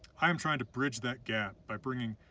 i am trying to bridge that gap by bringing